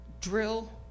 drill